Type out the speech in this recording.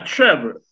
Trevor